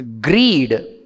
greed